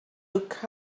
look